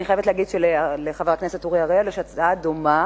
אני חייבת להגיד שלחבר הכנסת אורי אריאל יש הצעה דומה,